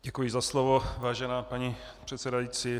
Děkuji za slovo, vážená paní předsedající.